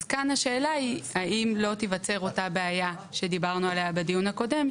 אז כאן השאלה היא האם לא תיווצר אותה בעיה שדיברנו עליה בדיון הקודם,